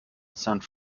saint